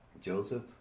Joseph